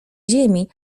ziemi